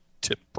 tip